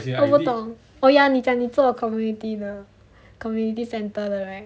我不懂 oh ya 你做 community 的 community centre 的 right